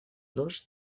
dos